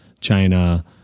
China